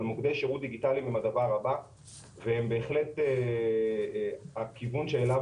אבל מוקדי שירות דיגיטליים הם הדבר הבא והם בהחלט הכיוון שאליו